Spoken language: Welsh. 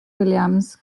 williams